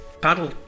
paddle